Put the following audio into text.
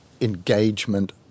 engagement